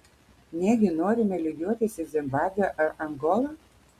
negi norime lygiuotis į zimbabvę ar angolą